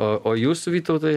o jūs vytautai